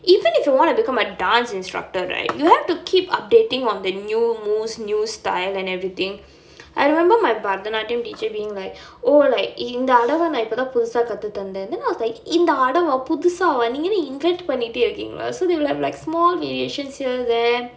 even if you want to become a dance instructor right you have to keep updating on the new moves new style and everything I remember my bharatanatyam teacher being like oh like இந்த அடவ நா இப்பதான் புதுசா கத்துக்கிட்டேன்:intha adava naa ippathaan puthusaa kathukkitaen then I was like இந்த அடவ புதுசாவா நீங்க என்னா:intha adava puthusaavaa neenga ennaa invent பண்ணிக்கிட்டே இருக்கிங்கலா:pannikkittae irukkeengalaa so they will have like small variations here there